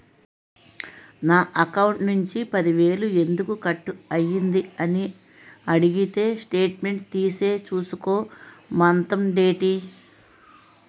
నా అకౌంట్ నుంచి పది వేలు ఎందుకు కట్ అయ్యింది అని అడిగితే స్టేట్మెంట్ తీసే చూసుకో మంతండేటి